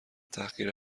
تحقیر